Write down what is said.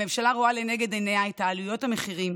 הממשלה רואה לנגד עיניה את עליות המחירים